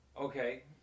Okay